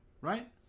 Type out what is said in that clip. Right